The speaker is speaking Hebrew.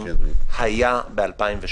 מי הגה את הרעיון?